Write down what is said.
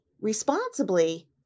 responsibly